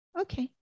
Okay